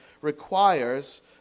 requires